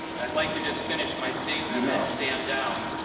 i'd like to just finish my statement and i'll stand down.